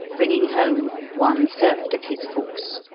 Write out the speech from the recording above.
bringing home one third of his force.